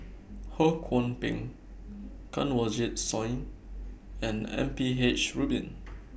Ho Kwon Ping Kanwaljit Soin and M P H Rubin